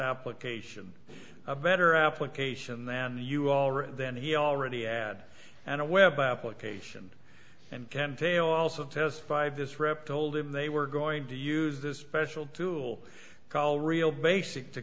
application a better application than you already then he already add and a web application and can fail also test five this rep told him they were going to use this special tool call real basic to